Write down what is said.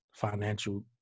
financial